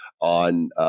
on